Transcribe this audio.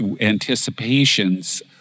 anticipations